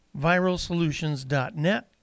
viralsolutions.net